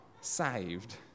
saved